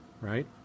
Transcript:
Right